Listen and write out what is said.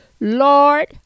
Lord